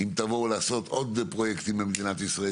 אם תבואו לעשות עוד פרויקטים במדינת ישראל,